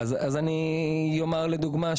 לדוגמה,